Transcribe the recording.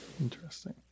Interesting